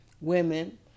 women